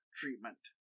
treatment